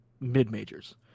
mid-majors